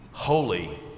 holy